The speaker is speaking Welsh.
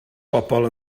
bobl